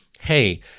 Hey